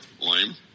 lame